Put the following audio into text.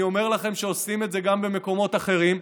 אני אומר לכם שעושים את זה גם במקומות אחרים.